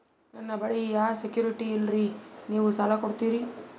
ನನ್ನ ಬಳಿ ಯಾ ಸೆಕ್ಯುರಿಟಿ ಇಲ್ರಿ ನೀವು ಸಾಲ ಕೊಡ್ತೀರಿ?